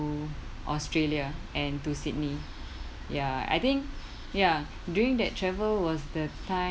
australia and to sydney ya I think ya during that travel was the time